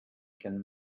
can